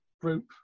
group